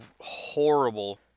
horrible